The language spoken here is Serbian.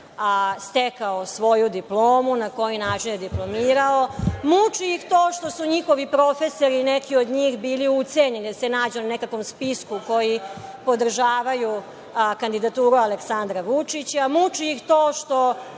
stekao svoju diplomu, na koji način je diplomirao. Muči ih to što su njihovi profesori, neki od njih bili ucenjeni, da se nađu na nekakvom spisku koji podržavaju kandidaturu Aleksandra Vučića. Muči ih to što